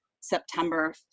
September